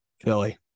Philly